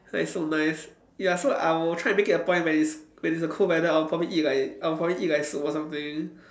like so nice ya so I will try it to make it a point when it's when it's a cold weather I'll probably eat like I'll probably eat like soup or something